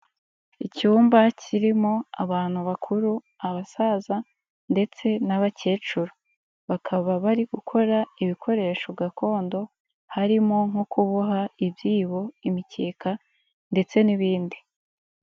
Icyumba kirimo abantu bakuru, abasaza ndetse n'abakecuru. Bakaba bari gukora ibikoresho gakondo harimo nko kuboha ibyibo, imikeka ndetse n'ibindi.